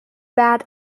bad